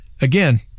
Again